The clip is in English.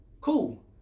cool